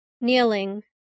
Kneeling